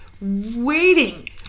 Waiting